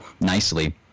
nicely